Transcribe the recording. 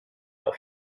auf